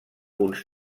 uns